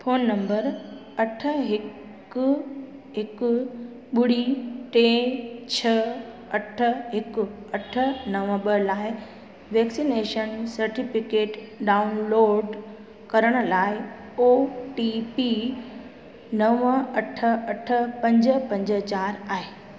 phone number अठ हिकु हिकु ॿुड़ी टे छह अठ हिकु अठ नव ॿ लाइ वैक्सनेशन सटिफिकेट डाउनलोड करण लाइ ओ टी पी नव अठ अठ पंज पंज चारि आहे